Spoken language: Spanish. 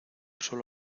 solo